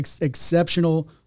exceptional